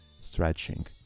stretching